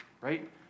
Right